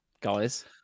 guys